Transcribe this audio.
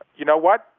you know what?